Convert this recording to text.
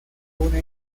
una